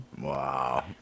Wow